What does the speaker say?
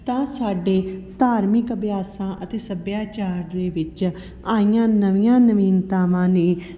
ਤਾਂ ਸਾਡੇ ਧਾਰਮਿਕ ਅਭਿਆਸਾਂ ਅਤੇ ਸੱਭਿਆਚਾਰ ਦੇ ਵਿੱਚ ਆਈਆਂ ਨਵੀਆਂ ਨਵੀਨਤਾਵਾਂ ਨੇ